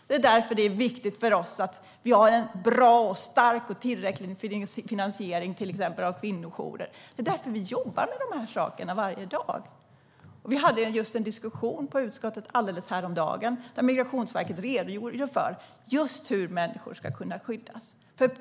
Det är därför som det är viktigt för oss att det finns en bra, stark och tillräcklig finansiering av till exempel kvinnojourer. Det är därför som vi jobbar med de här sakerna varje dag. Häromdagen hade en vi diskussion i utskottet när Migrationsverket redogjorde för hur människor ska kunna skyddas.